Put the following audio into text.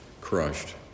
crushed